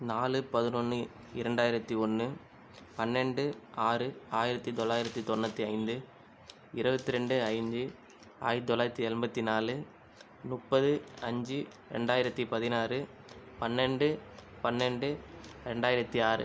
நாலு பதினொன்னு இரண்டாயிரத்தி ஒன்று பன்னிண்டு ஆறு ஆயிரத்தி தொளாயிரத்தி தொண்ணூற்றி ஐந்து இருபத்து இரண்டு ஜந்து ஆயிரத்தி தொளாயிரத்தி எண்பத்தி நாலு முப்பது அஞ்சு இரண்டாயிரத்தி பதினாறு பன்னெண்டு பன்னெண்டு இரண்டாயிரத்தி ஆறு